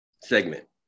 segment